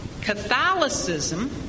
Catholicism